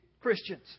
Christians